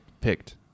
picked